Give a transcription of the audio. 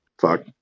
Fuck